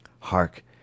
Hark